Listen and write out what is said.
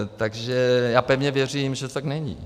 Takže já pevně věřím, že to tak není.